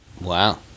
Wow